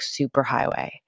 superhighway